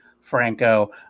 Franco